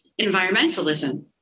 environmentalism